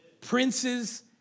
Princes